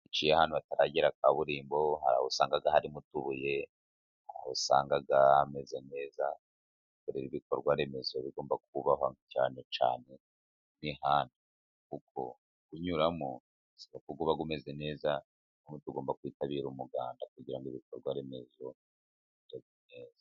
Iyo uciye ahantu hataragera kaburimbo, hari aho usanga harimo utubuye, hari aho usanga hameze neza, bityo rero ibikorwa remezo bigomba kubwahwa, cyane cyane nk'imihanda. Kuko kuwunyuramo bisaba ko uba umeze neza, niyo mpamvu tugomba kwitabira umuganda, kugira ngo ibikorwa remezo bibe bimeze neza.